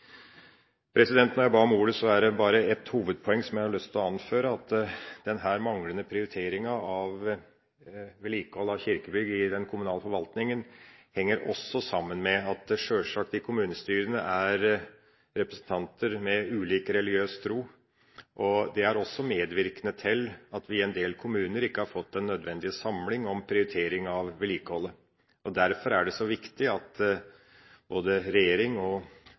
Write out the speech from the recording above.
Jeg ba om ordet for å anføre et hovedpoeng, nemlig at denne manglende prioriteringa av vedlikehold av kirkebygg i den kommunale forvaltningen også henger sammen med at det sjølsagt i kommunestyrene er representanter med ulik religiøs tro. Det er også medvirkende til at vi i en del kommuner ikke har fått den nødvendige samling om prioritering av vedlikeholdet. Derfor er det så viktig at både regjering, stat og